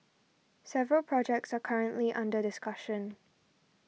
several projects are currently under discussion